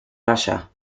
russia